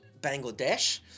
Bangladesh